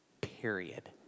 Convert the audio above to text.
period